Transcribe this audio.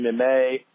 MMA